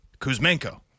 Kuzmenko